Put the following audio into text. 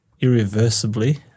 irreversibly